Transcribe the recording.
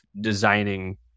designing